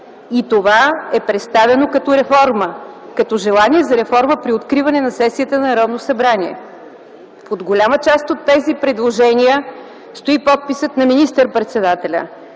И това е представено като реформа, като желание за реформа при откриване на сесията на Народното събрание. Под голяма част от тези предложения стои подписа на министър-председателя